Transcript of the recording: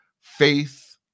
faith